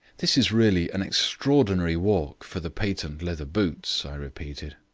this is really an extraordinary walk for the patent-leather boots, i repeated.